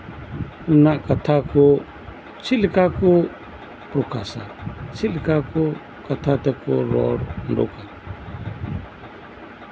ᱚᱱᱟ ᱠᱟᱛᱷᱟ ᱠᱚ ᱪᱮᱫ ᱞᱮᱠᱟᱠᱚ ᱯᱨᱚᱠᱟᱥᱟ ᱪᱮᱫ ᱞᱮᱠᱟ ᱠᱚ ᱠᱟᱛᱷᱟ ᱛᱮᱠᱚ ᱨᱚᱲ ᱚᱱᱠᱟ